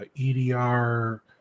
EDR